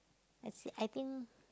I say I think